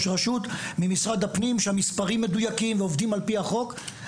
שניתן ממשרד הפנים כי המספרים מדויקים וכי עובדים על פי החוק,